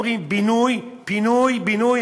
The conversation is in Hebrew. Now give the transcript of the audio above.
אומרים: בינוי-פינוי-בינוי,